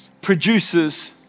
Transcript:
produces